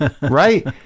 right